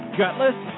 gutless